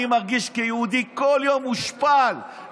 אני מרגיש בכל יום מושפל,